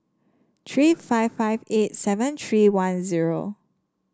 three five five eight seven three one zero